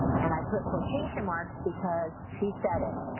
and i put quotation marks because she said it.